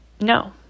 No